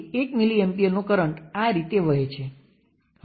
5 millisiemens x V test બરાબર છે